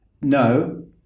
no